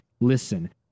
Listen